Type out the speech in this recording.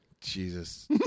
Jesus